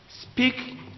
Speak